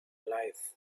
life